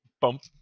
bump